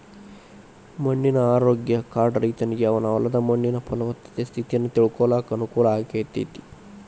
ಮಣ್ಣಿನ ಆರೋಗ್ಯ ಕಾರ್ಡ್ ರೈತನಿಗೆ ಅವನ ಹೊಲದ ಮಣ್ಣಿನ ಪಲವತ್ತತೆ ಸ್ಥಿತಿಯನ್ನ ತಿಳ್ಕೋಳಾಕ ಅನುಕೂಲ ಆಗೇತಿ